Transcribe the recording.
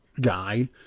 guy